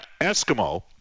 Eskimo